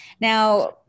Now